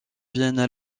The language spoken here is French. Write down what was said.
viennent